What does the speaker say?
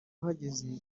uhageze